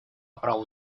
праву